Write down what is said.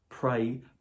pray